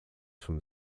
from